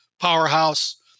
powerhouse